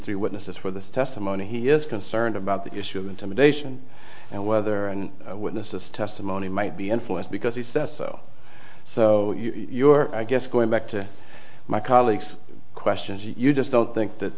three witnesses for the testimony he is concerned about the issue of intimidation and whether and witnesses testimony might be influenced because he says oh so you're i guess going back to my colleague's questions you just don't think that